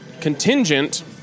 Contingent